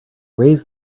raise